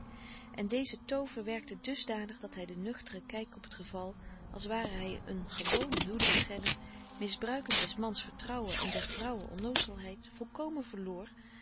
en deze toover werkte dusdanig dat hij den nuchteren kijk op t geval als ware hij een gewone huwelijks schenner misbruikend des mans vertrouwen en der vrouwe onnoozelheid volkomen verloor